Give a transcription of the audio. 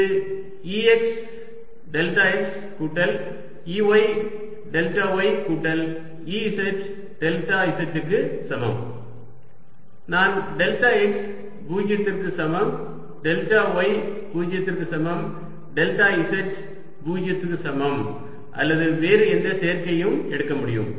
இது Ex delta x கூட்டல் Ey delta y கூட்டல் Ez டெல்டா z க்கு சமம் நான் டெல்டா x 0 க்கு சமம் டெல்டா y 0 க்கு சமம் டெல்டா z 0 க்கு சமம் அல்லது வேறு எந்த சேர்க்கையும் எடுக்க முடியும்